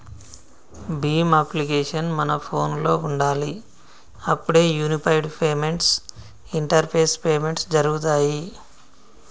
Bhim application మన ఫోనులో ఉండాలి అప్పుడే యూనిఫైడ్ పేమెంట్స్ ఇంటరపేస్ పేమెంట్స్ జరుగుతాయ్